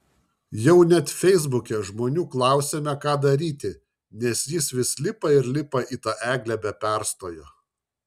jau net feisbuke žmonių klausėme ką daryti nes jis vis lipa ir lipa į tą eglę be perstojo